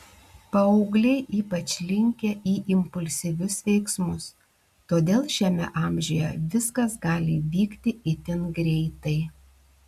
paaugliai ypač linkę į impulsyvius veiksmus todėl šiame amžiuje viskas gali vykti itin greitai